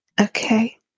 Okay